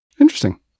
Interesting